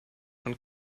von